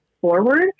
forward